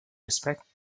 respect